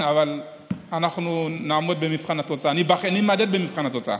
אבל אנחנו נימדד במבחן התוצאה.